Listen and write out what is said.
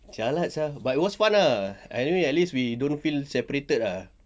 jialat sia but it was fun ah anyway at least we don't feel separated ah